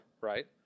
Right